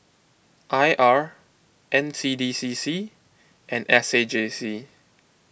I R N C D C C and S A J C